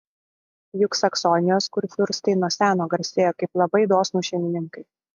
juk saksonijos kurfiurstai nuo seno garsėjo kaip labai dosnūs šeimininkai